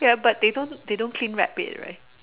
ya but they don't they don't cling wrap it right